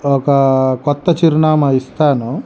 ఒక కొత్త చిరునామా ఇస్తానో